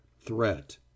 Threat